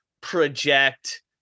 project